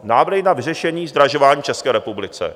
Návrhy na vyřešení zdražování v České republice.